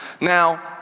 Now